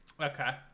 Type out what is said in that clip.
Okay